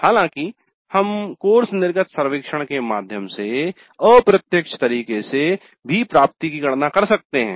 हालाँकि हम कोर्स निर्गत सर्वेक्षण के माध्यम से अप्रत्यक्ष तरीके से भी प्राप्ति की गणना कर सकते हैं